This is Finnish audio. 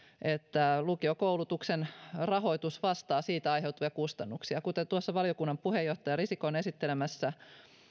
että lukiokoulutuksen rahoitus vastaa siitä aiheutuvia kustannuksia kuten tuossa valiokunnan puheenjohtaja risikon esittelemässä